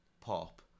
pop